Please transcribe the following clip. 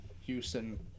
Houston